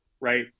right